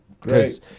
great